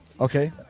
Okay